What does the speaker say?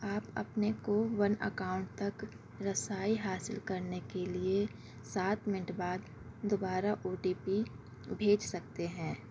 آپ اپنے کوون اکاؤنٹ تک رسائی حاصل کرنے کے لیے سات منٹ بعد دوبارہ او ٹی پی بھیج سکتے ہیں